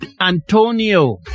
Antonio